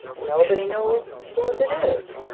and nobody knows whose it is.